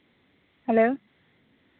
hello